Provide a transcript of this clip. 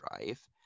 drive